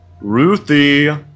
Ruthie